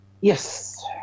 Yes